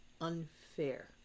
unfair